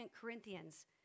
Corinthians